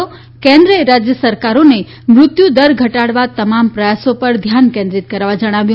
કેનૂએ રાજ્ય સરકારોને મૃત્યુદર ઘટાડવા તમામ પ્રયાસો પર ધ્યાન કેન્રિમાત કરવા જણાવ્યું